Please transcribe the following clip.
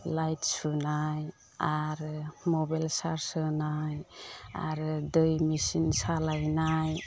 light सुनाय आरो mobile charge होनाय आरो दै मेचिन सालायनाय